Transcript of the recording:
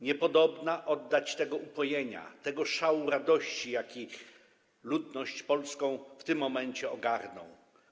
Niepodobna oddać tego upojenia, tego szału radości, jaki ludność polską w tym momencie ogarnął.